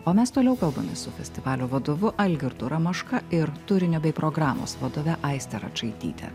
o mes toliau kalbamės su festivalio vadovu algirdu ramoška ir turinio bei programos vadove aiste račaityte